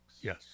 Yes